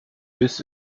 biss